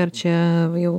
ar čia jau